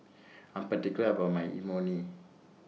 I'm particular about My Imoni